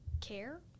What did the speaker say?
care